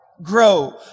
grow